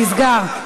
נסגר.